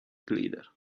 glider